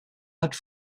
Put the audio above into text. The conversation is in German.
hat